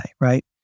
right